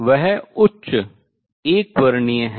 वह उच्च एकवर्णीय है